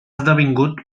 esdevingut